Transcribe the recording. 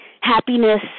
happiness